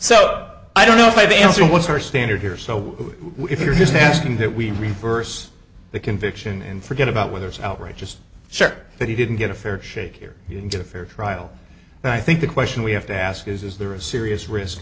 so i don't know maybe answer what's her standard here so if you're just asking that we reverse the conviction and forget about whether it's outrageous share that he didn't get a fair shake here to a fair trial and i think the question we have to ask is is there a serious risk